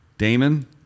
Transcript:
Damon